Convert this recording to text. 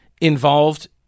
involved